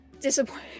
disappointed